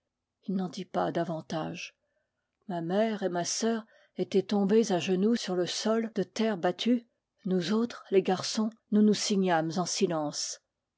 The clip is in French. il n'en dit pas davantage ma mère et ma sœur étaient tombées à genoux sur le sol de terre battue nous autres les garçons nous nous signâmes en silence